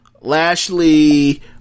Lashley